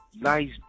Nice